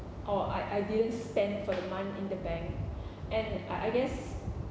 or I I didn't spend for the month in the bank and I I guess